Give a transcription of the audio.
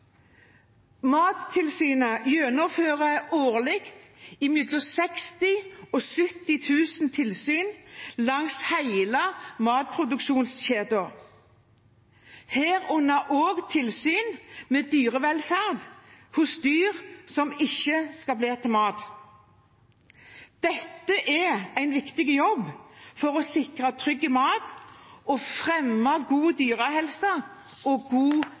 Mattilsynet gjennomfører årlig mellom 60 000 og 70 000 tilsyn langs hele matproduksjonskjeden, herunder også tilsyn med dyrevelferd hos dyr som ikke skal bli til mat. Dette er en viktig jobb for å sikre trygg mat og fremme god dyrehelse og god